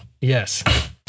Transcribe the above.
Yes